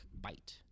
bite